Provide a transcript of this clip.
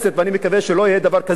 ואני מקווה שלא יהיה דבר כזה,